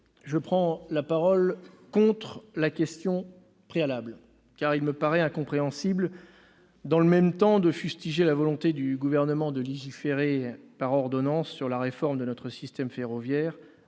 je prends la parole contre cette motion, car il me paraît incompréhensible de fustiger la volonté du Gouvernement de légiférer par ordonnances sur la réforme de notre système ferroviaire,